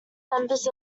members